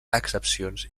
accepcions